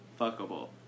fuckable